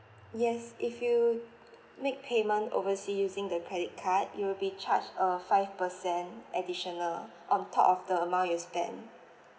yes if you make payment overseas using the credit card you will be charged a five percent additional on top of the amount you spend